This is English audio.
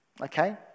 Okay